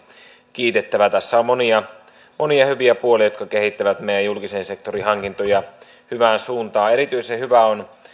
kiitettävä tässä on monia hyviä puolia jotka kehittävät meidän julkisen sektorin hankintoja hyvään suuntaan erityisen hyvä on